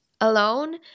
alone